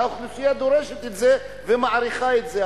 והאוכלוסייה דורשת את זה ומעריכה את זה.